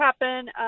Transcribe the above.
happen